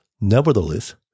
Nevertheless